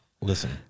listen